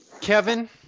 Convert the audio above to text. Kevin